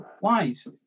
wise